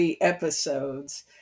episodes